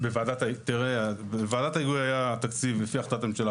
בוועדת ההיגוי היה תקציב לפי החלטת ממשלה,